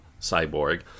Cyborg